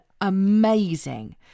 amazing